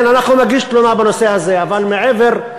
כללי אתיקה.